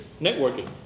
networking